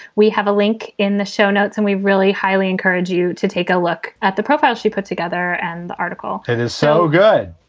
we have a link in the show notes, and we really highly encourage you to take a look at the profile. she put together and an article that is so good,